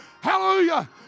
Hallelujah